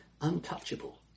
untouchable